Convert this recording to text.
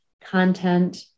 content